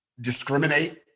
discriminate